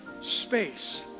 space